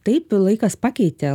taip laikas pakeitė